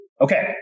Okay